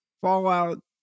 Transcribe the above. fallout